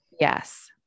Yes